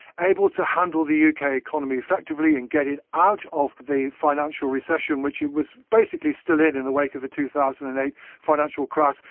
able to handle the yeah uk economy effectively and get it out of the financial recession which it was basically still in in the wake of the two thousand and eight financial crisis.